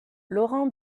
laurent